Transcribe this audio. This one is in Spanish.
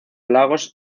lagos